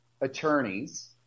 attorneys